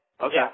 Okay